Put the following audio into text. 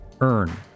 Earn